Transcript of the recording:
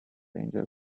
danger